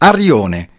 Arione